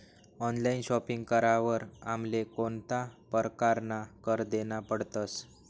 Online shopping करावर आमले कोणता परकारना कर देना पडतस?